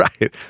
Right